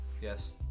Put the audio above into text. Yes